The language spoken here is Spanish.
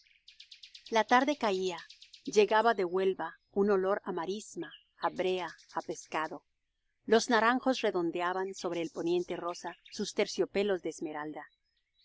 la tarde caía llegaba de huelva un olor á marisma á brea á pescado los naranjos redondeaban sobre el poniente rosa sus terciopelos de esmeralda